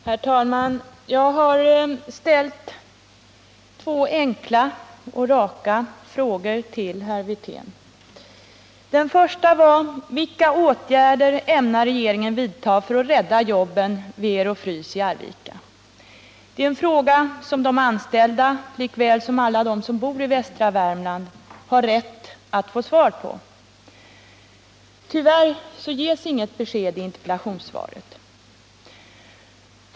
Herr talman! Jag har ställt två enkla och raka frågor till herr Wirtén. Den första var: Vilka åtgärder ämnar regeringen vidta för att rädda jobben vid Ero Frys i Arvika? Det är en fråga som de anställda lika väl som alla de som bor i västra Värmland har rätt att få svar på. Tyvärr ges inget besked i interpellationssvaret.